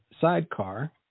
sidecar